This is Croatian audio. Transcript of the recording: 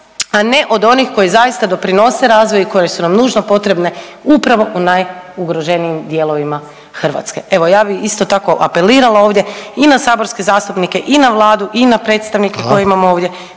a ne od onih koji zaista doprinose razvoju i koje su nam nužno potrebne upravo u najugroženijim dijelovima Hrvatske. Evo ja bih isto tako apelirala ovdje i na saborske zastupnike i na Vladu i na predstavnike koje imamo ovdje,